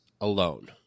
alone